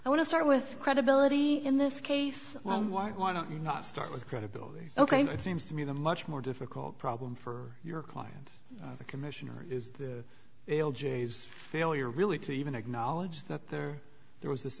i want to start with credibility in this case why why don't you not start with credibility ok now it seems to me the much more difficult problem for your client the commissioner is the jay's failure really to even acknowledge that there there was this